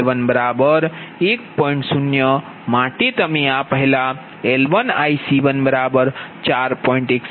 0 માટે તમે આ પહેલા L1IC14